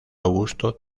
augusto